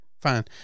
fine